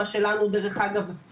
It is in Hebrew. מה שלנו אסור.